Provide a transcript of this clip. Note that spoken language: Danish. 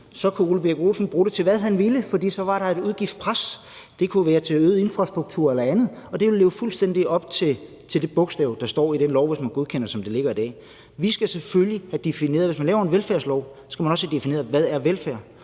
kunne han bruge det til, hvad han ville, for så var der et udgiftspres. Det kunne være til øget infrastruktur eller andet. Det vil leve fuldstændig op til det bogstav, der står i den lov, hvis man godkender den, som den ligger i dag. Vi skal selvfølgelig have defineret det. Hvis man laver en velfærdslov, skal man også have defineret, hvad velfærd